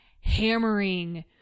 hammering